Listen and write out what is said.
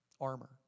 armor